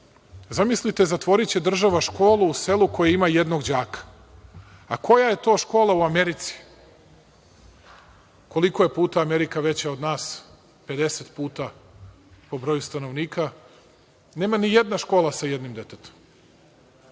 zamislite zatvoriće država školu u selu koje ima jednog đaka. A koja je to škola u Americi, koliko je puta Amerika veća od nas, 50 puta po broju stanovnika, nema ni jedna škola sa jednim detetom?